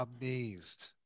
amazed